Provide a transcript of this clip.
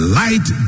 light